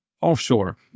offshore